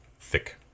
thick